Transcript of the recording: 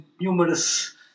numerous